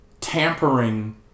tampering